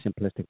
simplistic